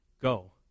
go